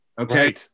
Okay